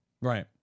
Right